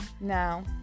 now